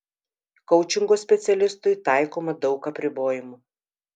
koučingo specialistui taikoma daug apribojimų